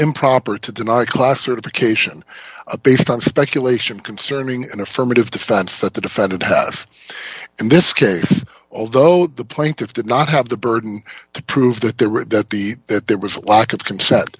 improper to deny class certification based on speculation concerning an affirmative defense that the defendant in this case although the plaintiff did not have the burden to prove that there were that the that there was a lack of